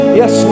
yes